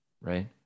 Right